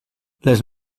les